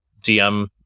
DM